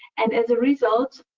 and, as a result,